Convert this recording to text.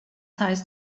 heißt